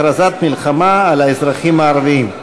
הכרזת מלחמה על האזרחים הערבים.